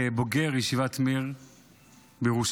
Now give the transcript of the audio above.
כבוגר ישיבת מאיר בירושלים,